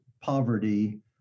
poverty